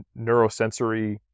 neurosensory